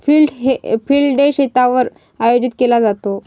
field day शेतावर आयोजित केला जातो